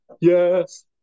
Yes